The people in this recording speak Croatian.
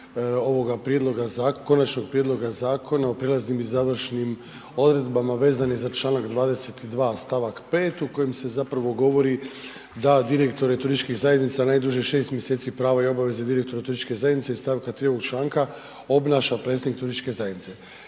konačnog prijedlog zakona u prijelaznim i završnim odredbama vezan je za Članak 22. stavak 5. u kojem se zapravo govori da direktore turističkih zajednica najduže 6 mjeseci, pravo i obaveze direktora turističke zajednice iz st. 3. ovog članka obnaša predsjednik turističke zajednice.